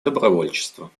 добровольчества